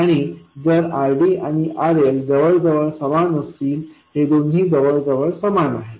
आणि जर RDआणि RLजवळ जवळ समान असतील हे दोन्ही जवळ जवळ समान आहेत